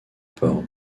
port